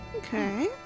Okay